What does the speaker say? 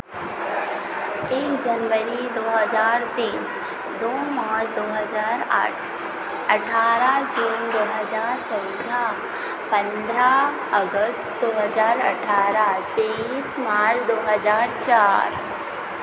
एक जनवरी दो हज़ार तीन दो मार्च दो हज़ार आठ अठारह जून दो हज़ार चौदह पन्द्रह अगस्त दो हज़ार अठारह तेइस मार्च दो हज़ार चार